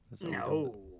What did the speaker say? No